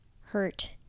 hurt